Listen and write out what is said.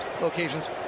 locations